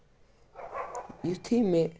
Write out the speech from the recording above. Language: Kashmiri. یِتھُے مےٚ